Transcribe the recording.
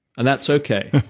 and that's okay.